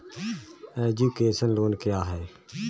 Education loan क्या होता है?